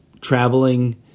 traveling